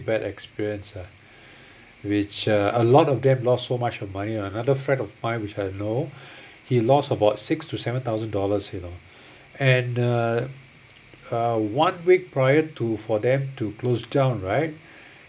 bad experience ah which uh a lot of them lost so much of money another friend of mine which I know he lost about six to seven thousand dollars you know and uh uh one week prior to for them to close down right